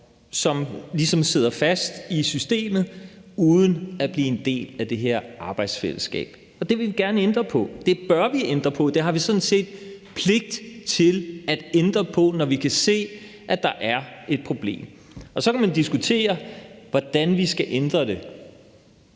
som ligesom sidder fast i systemet uden at blive en del af det her arbejdsfællesskab. Det vil vi gerne ændre på, det bør vi ændre på, og det har vi sådan set pligt til at ændre på, når vi kan se, at der er et problem. Så kan man diskutere, hvordan vi skal ændre det,